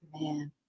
man